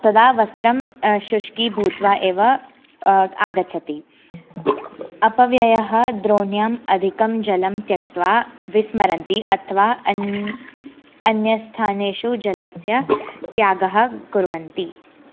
तदा वस्त्रं शुष्कीभूत्वा एव आगच्छति अपव्ययः द्रोण्याम् अधिकं जलं त्यक्त्वा विस्मरन्ति अथवा अन्यत् अन्यस्थानेषु जलस्य त्यागं कुर्वन्ति